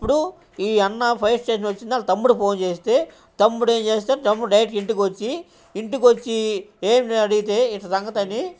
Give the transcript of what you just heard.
ఇప్పుడు ఈ అన్న బైఫైర్ స్టేషన్ వచ్చిందని తమ్ముడు ఫోన్ చేస్తే తమ్ముడు ఏమి చేస్తే తమ్ముడు డైరెక్ట్ ఇంటికొచ్చి ఇంటికొచ్చి ఏమి అడిగితే ఇది సంగతి అని